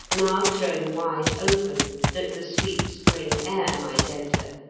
now thrown wide open that the sweet spring air might enter,